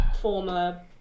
former